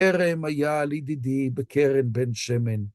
כרם היה לידידי בקרן בן שמן.